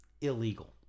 illegal